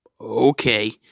Okay